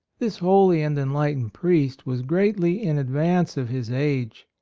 this holy and enlightened priest was greatly in advance of his age,